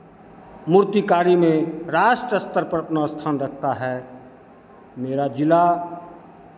मूर्तिकारी में राष्ट्र स्तर पर अपना स्थान रखता है मेरा जिला